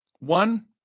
one